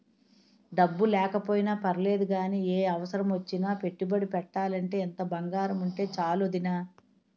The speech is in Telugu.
డబ్బు లేకపోయినా పర్లేదు గానీ, ఏ అవసరమొచ్చినా పెట్టుబడి పెట్టాలంటే ఇంత బంగారముంటే చాలు వొదినా